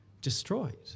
destroyed